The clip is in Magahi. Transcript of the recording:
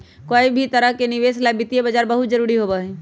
कोई भी तरह के निवेश ला वित्तीय बाजार बहुत जरूरी होबा हई